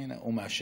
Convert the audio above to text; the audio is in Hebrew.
הינה, הוא מאשר.